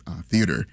Theater